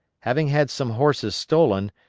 having had some horses stolen,